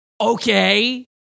Okay